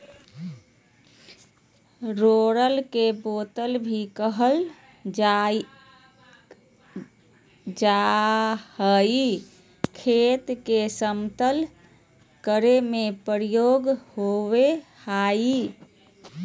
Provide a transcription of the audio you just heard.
roller के बेलन भी कहल जा हई, खेत के समतल करे में प्रयोग होवअ हई